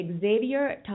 Xavier